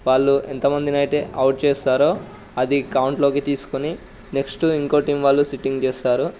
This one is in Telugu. వాళ్లు ఎంతమందినైతే అవుట్ చేస్తారో అది కౌంట్లోకి తీసుకొని నెక్స్ట్ ఇంకో టీం వాళ్ళు సిట్టింగ్ చేస్తారు